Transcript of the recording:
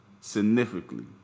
Significantly